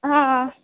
हां